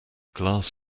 glass